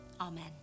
Amen